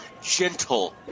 Gentle